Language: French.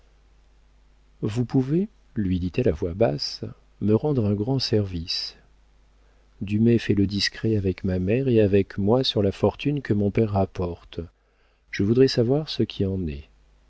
vous pouvez lui dit-elle à voix basse me rendre un grand service dumay fait le discret avec ma mère et avec moi sur la fortune que mon père rapporte je voudrais savoir ce qui en est